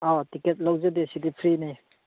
ꯑꯥ ticket ꯂꯧꯖꯗꯦ ꯁꯤꯗꯤ ꯐ꯭ꯔꯤꯅꯤ